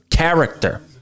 character